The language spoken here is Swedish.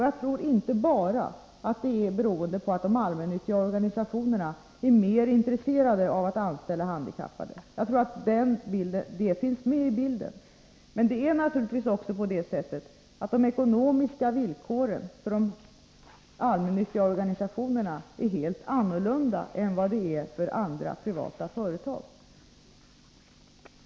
Jag tror inte att det enbart beror på att de allmännyttiga organisationerna är mer intresserade av att anställa handikappade. Jag tror att detta finns med i bilden, men till det kommer att de ekonomiska villkoren för de allmännyttiga organisationerna naturligtvis är helt annorlunda än vad de är för privata företag.